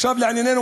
עכשיו לענייננו.